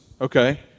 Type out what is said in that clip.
okay